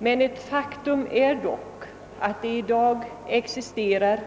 Ett faktum är dock att det i dag existerar